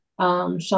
Sean